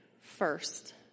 first